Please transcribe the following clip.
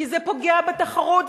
כי זה פוגע בתחרות,